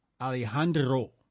Alejandro